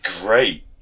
great